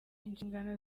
inshingano